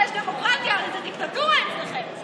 אם זה מקובל עליו שאתה מדבר ליד מנסור עבאס ראש הממשלה.